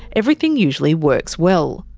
everything usually works well.